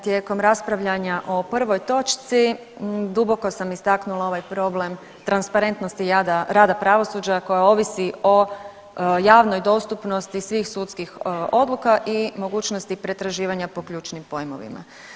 Tijekom raspravljanja o prvoj točci duboko sam istaknula ovaj problem transparentnosti rada pravosuđa koja ovisi o javnoj dostupnosti svih sudskih odluka i mogućnosti pretraživanja po ključnim pojmovima.